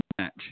match